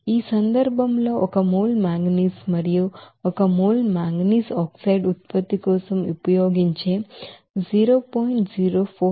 ఈ సందర్భంలో ఒక మోల్ మాంగనీస్ మరియు ఒక మోల్ మాంగనీస్ ఆక్సైడ్ ఉత్పత్తి కోసం ఉపయోగించే 0